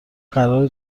قرار